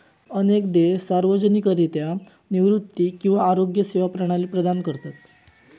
अनेक देश सार्वजनिकरित्या निवृत्ती किंवा आरोग्य सेवा प्रणाली प्रदान करतत